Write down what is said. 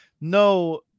no